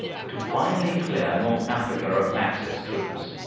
to finally clear north africa of axis troops.